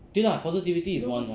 对 lah positivity is one